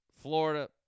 Florida